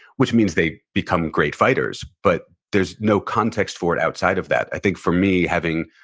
which means they become great fighters, but there's no context for it outside of that i think for me having,